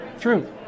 True